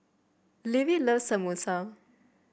Levie loves Samosa